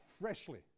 freshly